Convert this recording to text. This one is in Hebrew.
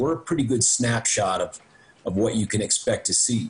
אז אנחנו צילום די טוב של מה שתוכלו לצפות לראות.